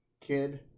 kid